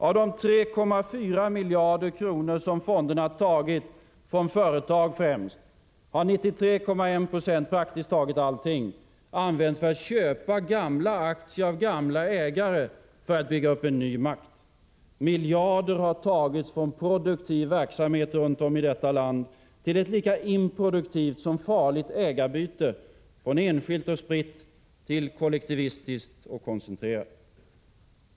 Av de 3,4 miljarder som fonderna tagit från främst företag har 93,1 96 — praktiskt taget allt — använts till köp av gamla aktier av gamla ägare för att bygga upp en ny makt. Miljarder har tagits från produktiv verksamhet runt om i detta land till ett lika improduktivt som farligt ägarbyte från enskilt och spritt till kollektivistiskt och koncentrerat.